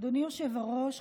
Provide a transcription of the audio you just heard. אדוני היושב-ראש,